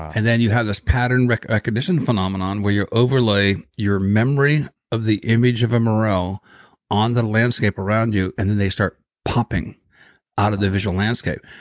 and then you have this pattern recognition phenomenon where you overlay your memory of the image of a morel on the landscape around you, and then they start popping out of the visual landscape.